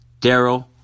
Daryl